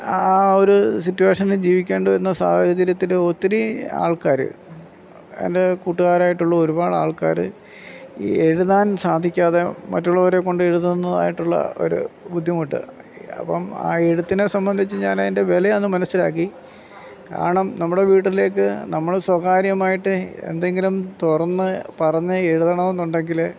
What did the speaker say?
ആ ആ ഒരു സിറ്റുവേഷനിൽ ജീവിക്കേണ്ടി വരുന്ന സാഹചര്യത്തിൽ ഒത്തിരി ആൾക്കാർ എൻ്റെ കൂട്ടുകാരായിട്ടുള്ള ഒരുപാട് ആൾക്കാർ ഈ എഴുതാൻ സാധിക്കാതെ മറ്റുള്ളവരെക്കൊണ്ട് എഴുതുന്നതായിട്ടുള്ള ഒരു ബുദ്ധിമുട്ട് അപ്പം ആ എഴുത്തിനെ സംബന്ധിച്ച് ഞാൻ അതിൻ്റെ വില അന്ന് മനസ്സിലാക്കി കാരണം നമ്മുടെ വീട്ടിലേക്ക് നമ്മൾ സ്വകാര്യമായിട്ട് എന്തെങ്കിലും തുറന്ന് പറഞ്ഞ് എഴുതണം എന്നുണ്ടെങ്കിൽ